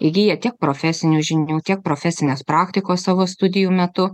įgiję tiek profesinių žinių tiek profesinės praktikos savo studijų metu